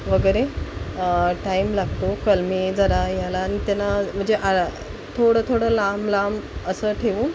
वगरे टाईम लागतो कलमे जरा याला आनि त्यांना म्हणजे थोडं थोडं लांब लांब असं ठेवू